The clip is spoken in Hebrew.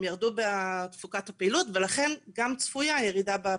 הם ירדו בתפוקת הפעילות ולכן צפויה גם ירידה בפליטות.